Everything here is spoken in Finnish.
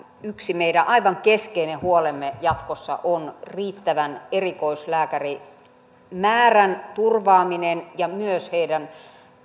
yksi meidän aivan keskeinen huolemme jatkossa on riittävän erikoislääkärimäärän turvaaminen ja myös heidän